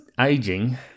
aging